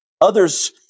others